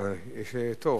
יש תור.